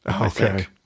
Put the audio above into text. Okay